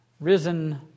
risen